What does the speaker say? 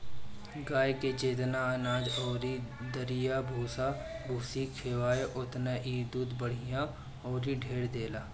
गाए के जेतना अनाज अउरी दरिया भूसा भूसी खियाव ओतने इ दूध बढ़िया अउरी ढेर देले